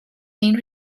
being